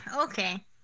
okay